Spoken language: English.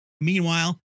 Meanwhile